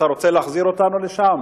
אתה רוצה להחזיר אותנו לשם?